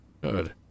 Good